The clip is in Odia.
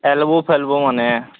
ଏଲ୍ବୋଫେଲ୍ବୋମାନେ